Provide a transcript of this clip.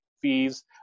fees